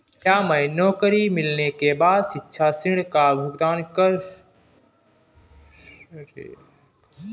क्या मैं नौकरी मिलने के बाद शिक्षा ऋण का भुगतान शुरू कर सकता हूँ?